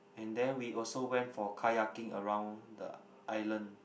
and then we also went for kayaking around the island